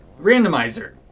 randomizer